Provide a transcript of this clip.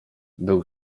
był